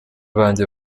banjye